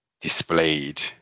displayed